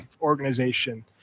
organization